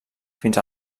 fins